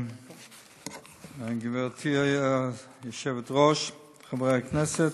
גברתי היושבת-ראש, חברי הכנסת,